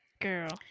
Girl